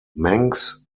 manx